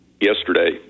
yesterday